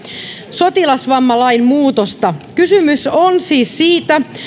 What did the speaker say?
sotilasvammalain muutosta kysymys on siis siitä